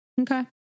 Okay